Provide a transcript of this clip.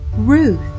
Ruth